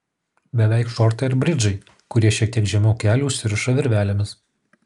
beveik šortai ar bridžai kurie šiek tiek žemiau kelių užsiriša virvelėmis